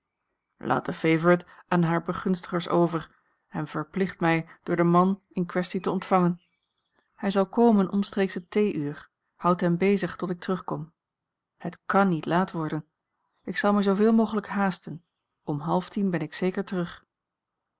favorite aan hare begunstigers over en verplicht mij door den man in kwestie te ontvangen hij zal komen omstreeks het theeuur houd hem bezig tot ik terugkom het kàn niet laat worden ik zal mij zooveel mogelijk haasten om half tien ben ik zeker terug